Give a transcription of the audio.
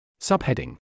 Subheading